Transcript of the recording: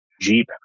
Jeep